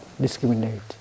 discriminate